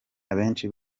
abenshi